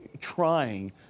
trying